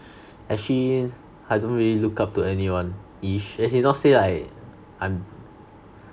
actually I don't really look up to anyone ish as if not say like I'm